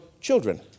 children